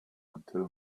until